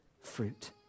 fruit